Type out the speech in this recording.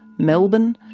melbourne,